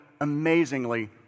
amazingly